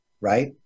right